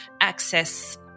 access